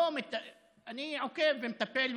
עוקב ומטפל,